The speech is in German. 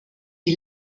die